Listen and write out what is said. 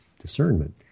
discernment